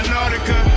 Nautica